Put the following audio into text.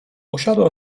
usiadłem